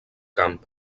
camp